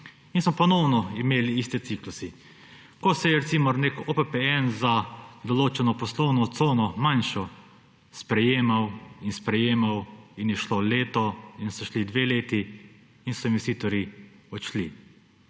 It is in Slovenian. In smo ponovno imeli iste cikluse. Ko se je recimo nek OPPN za določeno poslovno cono, manjšo, sprejemal in sprejemal in je šlo leto in sta šli dve leti in so investitorji odšli.